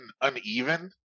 uneven